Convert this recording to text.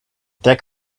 take